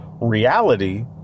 reality